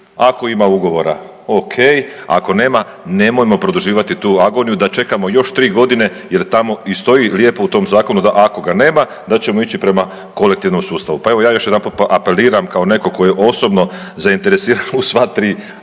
ako ima ugovora, okej, ako nema, nemojmo produživati tu agoniju da čekamo još 3 godine jer tamo i stoji lijepo u tom zakonu, da ako ga nema, da ćemo ići prema kolektivnom sustavu. Pa evo, ja još jedanput apeliram kao netko tko je osobno zainteresiran u sva tri agregatna